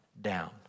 down